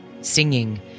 singing